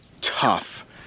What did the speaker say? tough